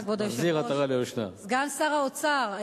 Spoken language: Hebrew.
סגן שר האוצר,